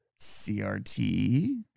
CRT